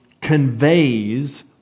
conveys